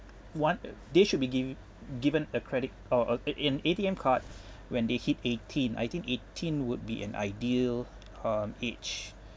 one they should be giv~ given a credit or uh an A_T_M card when they hit eighteen I think eighteen would be an ideal um age